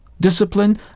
discipline